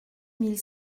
mille